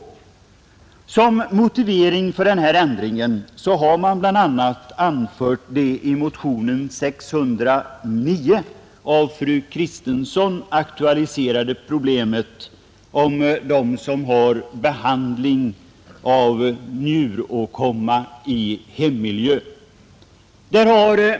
Som motivering för denna ändring har man bl, a. anfört det i motionen 609 av fru Kristensson aktualiserade problemet när det gäller dem som i hemmiljö undergår behandling av njuråkomma.